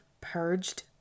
purged